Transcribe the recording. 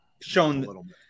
shown